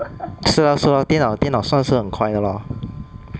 是 lor 是 lor 电脑电脑算数很快的 lor